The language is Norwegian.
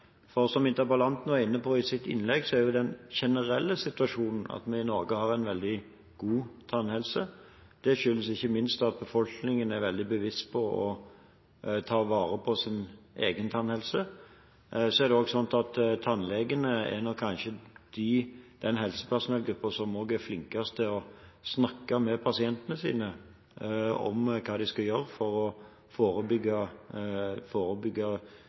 Som interpellanten var inne på i sitt innlegg, er den generelle situasjonen at vi i Norge har en veldig god tannhelse. Det skyldes ikke minst at befolkningen er veldig bevisst på å ta vare på sin egen tannhelse. Tannlegene er kanskje også den helsepersonellgruppen som er flinkest til å snakke med pasientene sine om hva de skal gjøre for å forebygge